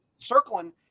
circling